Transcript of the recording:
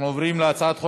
בעד,